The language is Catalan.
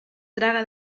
traga